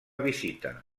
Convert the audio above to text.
visita